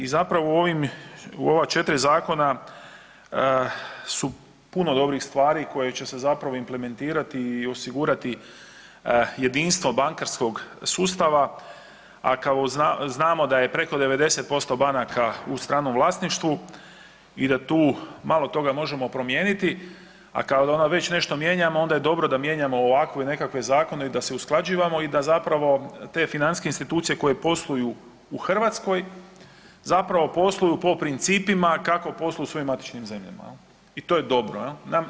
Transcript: I zapravo u ovim, u ova 4 zakona su puno dobrih stvari koje će se zapravo implementirati i osigurati jedinstvo bankarskog sustava, a kao znamo da je preko 90% banaka u stranom vlasništvu i da tu malo toga možemo promijeniti, a kad već nešto mijenjamo onda je dobro da mijenjamo ovakve nekakve zakone i da se usklađivamo i da zapravo te financijske institucije koje posluju u Hrvatskoj zapravo posluju po principima kako posluju u svojim matičnim zemljama, jel i to je dobro jel.